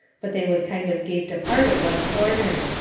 but they was kind of gaped apart at one corner.